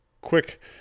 quick